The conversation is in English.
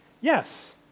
Yes